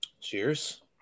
Cheers